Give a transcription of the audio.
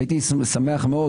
הייתי שמח מאוד,